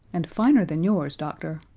and finer than yours, doctor.